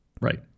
Right